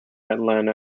atlanta